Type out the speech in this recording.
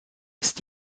ist